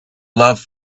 love